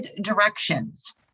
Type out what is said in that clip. directions